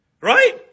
Right